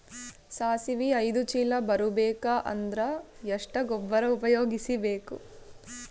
ಸಾಸಿವಿ ಐದು ಚೀಲ ಬರುಬೇಕ ಅಂದ್ರ ಎಷ್ಟ ಗೊಬ್ಬರ ಉಪಯೋಗಿಸಿ ಬೇಕು?